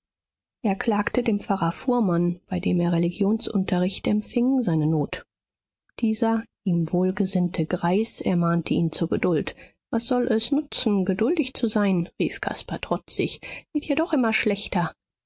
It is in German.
er klagte dem pfarrer fuhrmann bei dem er religionsunterricht empfing seine not dieser ihm wohlgesinnte greis ermahnte ihn zur geduld was soll es nutzen geduldig zu sein rief caspar trotzig wird ja doch immer schlechter